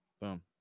boom